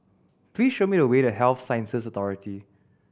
please show me the way to Health Sciences Authority